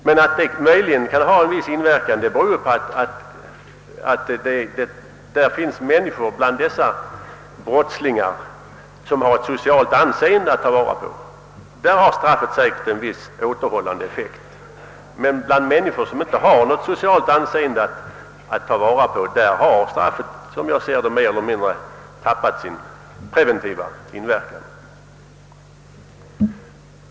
Om de straff som finns ändå haft en viss gynnsam effekt, beror det på att det bland dessa brottslingar finns människor som har ett socialt anseende att skydda. Där har straffet säkert en viss återhållande effekt, men bland människor som inte har något socialt anseende att slå vakt om har straffet mer eller mindre förlorat sin preventiva inverkan.